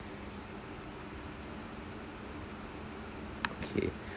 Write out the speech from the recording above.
okay